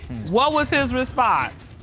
what was his response?